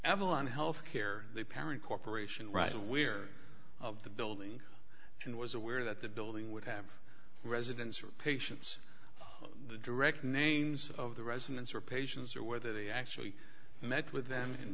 evelyn healthcare the parent corporation russia we're of the building and was aware that the building would have residents or patients the direct names of the residents or patients or whether they actually met with them in